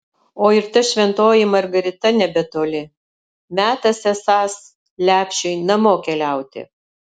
o ir ta šventoji margarita nebetoli metas esąs lepšiui namo keliauti